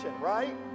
right